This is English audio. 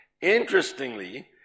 interestingly